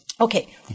Okay